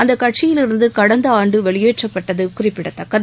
அந்த கட்சியிலிருந்து கடந்த ஆண்டு வெளியேற்றப்பட்டது குறிப்பிடத்தக்கது